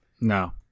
No